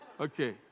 Okay